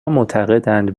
معتقدند